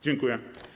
Dziękuję.